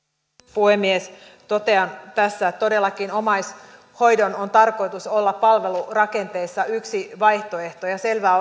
puhemies totean tässä että todellakin omaishoidon on tarkoitus olla palvelurakenteessa yksi vaihtoehto ja selvää